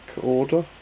Order